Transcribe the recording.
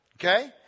Okay